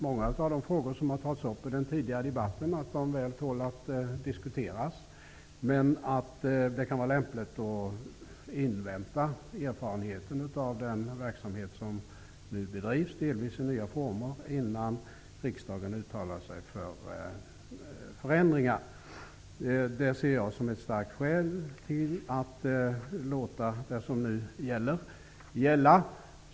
Många av de frågor som tagits upp i den tidigare debatten tål säkert att diskuteras. Men det kan vara lämpligt att invänta erfarenheterna av den verksamhet som nu bedrivs, och då delvis i nya former, innan riksdagen uttalar sig för förändringar. Det ser jag som ett starkt skäl för att låta det som nu gäller få fortsätta att gälla.